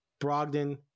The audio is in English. Brogdon